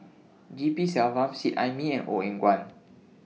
G P Selvam Seet Ai Mee and Ong Eng Guan